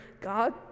God